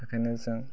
थाखायनो जों